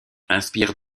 inspire